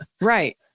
right